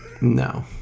No